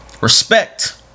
respect